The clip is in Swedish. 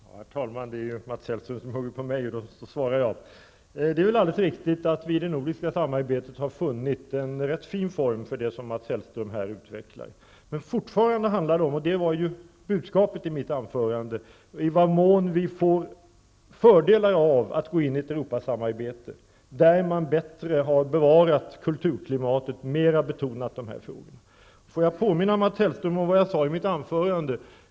Herr talman! Det är ju Mats Hellström som hugger på mig och därför svarar jag. Det är alldeles riktigt att vi i det nordiska samarbetet har funnit en rätt fin form för det som Mats Hellström här talar om. Men fortfarande handlar det om, och det var ju budskapet i mitt anförande, i vad mån vi får fördelar av att gå in i ett Europa-samarbete, där man bättre har bevarat kulturklimatet och mera betonat de här frågorna. Får jag påminna Mats Hellström om vad jag sade i mitt anförande.